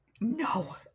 No